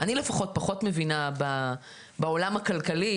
אני לפחות פחות מבינה בעולם הכלכלי,